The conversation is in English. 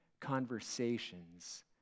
conversations